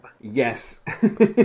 Yes